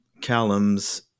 Callum's